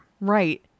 Right